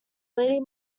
lady